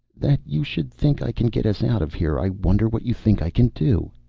that you should think i can get us out of here. i wonder what you think i can do.